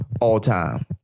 all-time